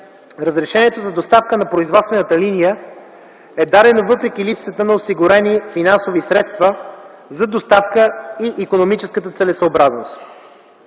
Разрешението за доставка на производствената линия е дадено въпреки липсата на осигурени финансови средства за доставка и икономическа целесъобразност.